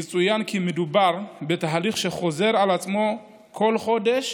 יצוין כי מדובר בתהליך שחוזר על עצמו בכל חודש